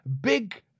big